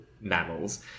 mammals